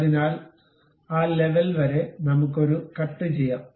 അതിനാൽ ആ ലെവൽ വരെ നമുക്ക് ഒരു കട്ട് ചെയ്യാം